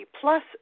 plus